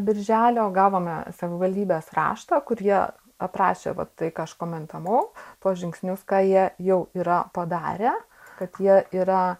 birželio gavome savivaldybės raštą kur jie aprašė va tai ką aš komentavau tuos žingsnius ką jie jau yra padarę kad jie yra